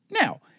Now